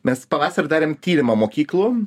mes pavasarį darėme tyrimą mokyklų